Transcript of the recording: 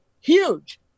huge